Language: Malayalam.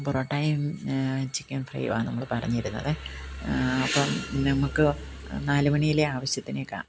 പൊറോട്ടയും ചിക്കൻ ഫ്രൈയും ആണ് നമ്മൾ പറഞ്ഞിരുന്നതേ അപ്പം നമുക്ക് നാല് മണിയിലെ ആവശ്യത്തിനേക്കാണ്